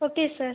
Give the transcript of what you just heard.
okay sir